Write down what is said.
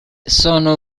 sono